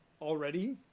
already